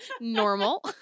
normal